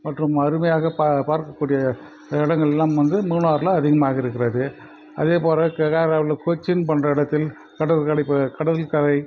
மற்றும் அருமையாக பா பார்க்கக்கூடிய இடங்களெலாம் வந்து மூணாரில் அதிகமாக இருக்கிறது அதேபோல் கேரளாவில் கொச்சின் போன்ற இடத்தில் கடல் கடற்கரை